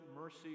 mercy